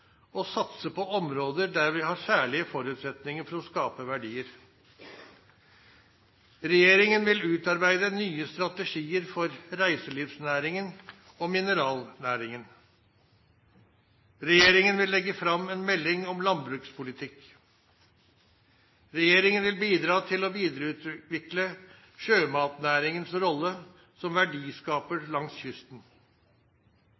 satse på områder der vi har særlige forutsetninger for å skape verdier. Regjeringen vil utarbeide nye strategier for reiselivsnæringen og mineralnæringen. Regjeringen vil legge fram en melding om landbrukspolitikk. Regjeringen vil bidra til å videreutvikle sjømatnæringens rolle som verdiskaper